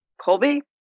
Colby